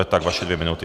Tak vaše dvě minuty.